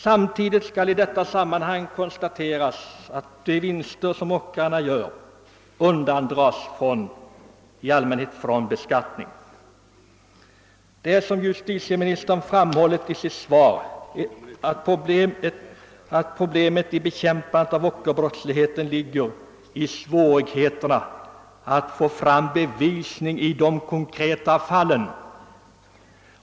Samtidigt skall i detta sammanhang konstateras att de vinster som ockrarna gör i allmänhet undandras beskattning. Som justitieministern framhåller i sitt svar ligger problemet med bekämpandet av ockerbrottsligheten i svårigheten att få fram bevisning i de konkreta fallen.